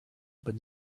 but